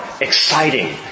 Exciting